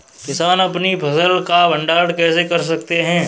किसान अपनी फसल का भंडारण कैसे कर सकते हैं?